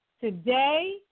today